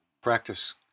Practice